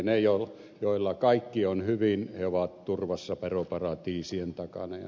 ne joilla kaikki on hyvin ovat turvassa veroparatiisien takana jnp